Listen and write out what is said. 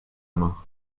main